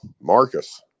Marcus